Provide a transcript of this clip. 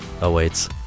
awaits